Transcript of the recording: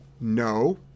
No